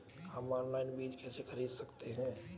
हम ऑनलाइन बीज कैसे खरीद सकते हैं?